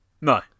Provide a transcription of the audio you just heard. No